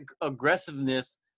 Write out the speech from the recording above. aggressiveness